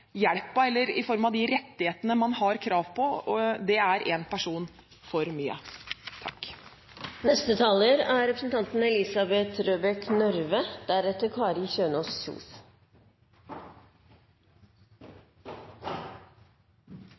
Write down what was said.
i form av de rettighetene man har krav på, er én person for mye.